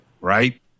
Right